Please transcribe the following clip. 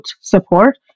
support